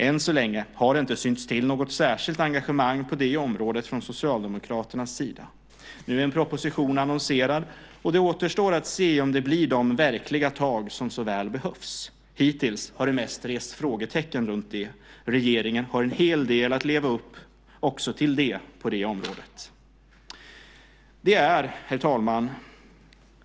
Än så länge har det inte synts till något särskilt engagemang på det området från Socialdemokraternas sida. Nu är en proposition annonserad, och det återstår att se om det blir de verkliga tag som så väl behövs. Hittills har det mest rests frågetecken runt det. Regeringen har en hel del att leva upp till också på det området. Herr talman!